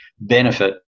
benefit